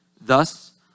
Thus